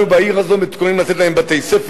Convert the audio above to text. אנחנו בעיר הזאת מתכוונים לתת להם בתי-ספר,